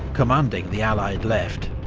commanding the allied left,